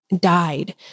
died